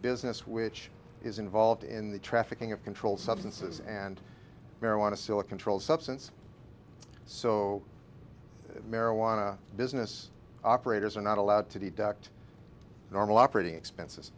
business which is involved in the trafficking of controlled substances and marijuana still a controlled substance so marijuana business operators are not allowed to deduct normal operating expenses